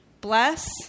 Bless